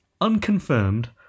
unconfirmed